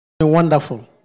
wonderful